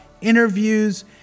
interviews